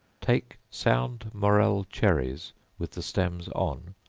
take sound morel cherries with the stems on,